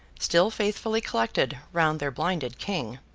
still faithfully collected round their blinded king.